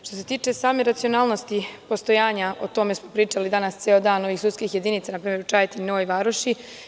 Što se tiče same racionalnosti postojanja, o tome smo pričali danas ceo dan, ovih sudskih jedinica npr. u Čajetini i Novoj Varoši.